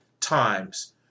times